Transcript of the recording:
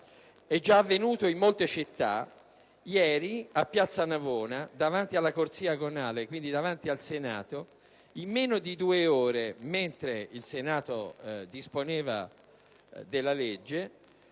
È già avvenuto in molte città; ieri a piazza Navona, alla corsia Agonale, quindi davanti al Senato, in meno di due ore, mentre il Senato disponeva della legge,